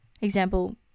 Example